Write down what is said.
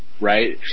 right